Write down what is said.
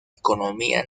economía